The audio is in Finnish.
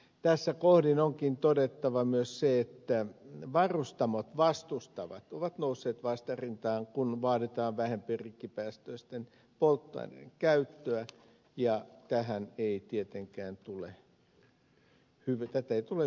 tässä kohdin onkin todettava myös se että varustamot vastustavat ovat nousseet vastarintaan kun vaaditaan vähempirikkipäästöisten polttoaineiden käyttöä ja tätä ei tietenkään tule hyväksyä